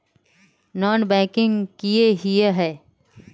Non banking किए हिये है?